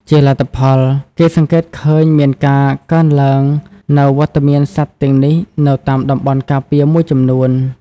ជាលទ្ធផល គេសង្កេតឃើញមានការកើនឡើងនូវវត្តមានសត្វទាំងនេះនៅតាមតំបន់ការពារមួយចំនួន។